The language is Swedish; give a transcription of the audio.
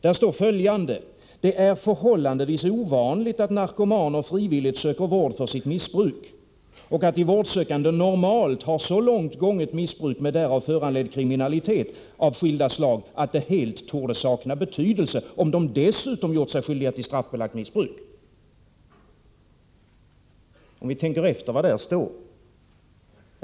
Där står följande: ”Beaktas bör även dels att det är förhållandevis ovanligt att narkomaner frivilligt söker vård för sitt missbruk, dels att de vårdsökande normalt har så långt gånget missbruk med därav föranledd kriminalitet av skilda slag att det helt torde sakna betydelse om de dessutom gjort sig skyldiga till ett straffbelagt missbruk.” Tänk efter vad där står!